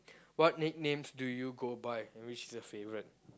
what nicknames do you go by and which is your favourite